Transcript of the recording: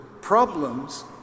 problems